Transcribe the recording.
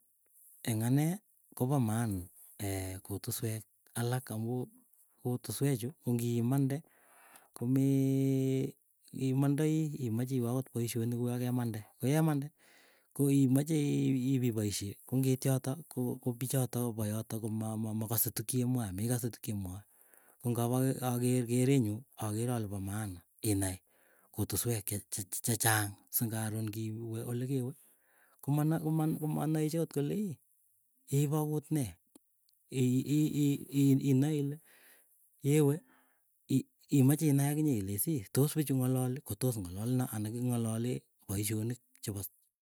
Eng anee kopamaana kutuswek alak amuu, kutuswe chuu kongimande komii, imandai imache iwee akot poisyonik kuyoo kemanda koyemande ko imache iipipoisye kongiit yoto ko kopichoto kopayoto koma makase tukchemwae, amekase tuuk che mwae. Ko ngaap aker kere nyuu aker ale po maana inai, kutuswek che chechang singakoron ngiwe olekewe komana kom komanae chii akot kolei, keipo kuut ne. I i i inae ile yewe i imache inai akot inye ile iisii, tos pichu ng'alali kotos ng'alaleno anda king'alale poisyonik chepos.